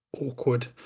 awkward